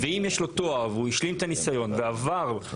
יש תוכנית לימודים שמוכרת שבתוכה יש את ההכשרה.